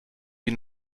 wie